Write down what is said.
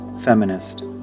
feminist